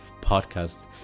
podcast